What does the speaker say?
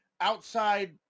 outside